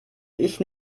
ich